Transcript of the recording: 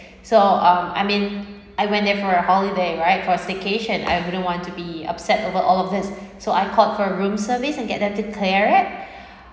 so um I mean I went there for a holiday right for a staycation I wouldn't want to be upset over all of these so I called for room service and get them clear it